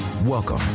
Welcome